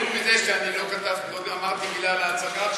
חוץ מזה שלא אמרתי מילה על ההצגה עכשיו,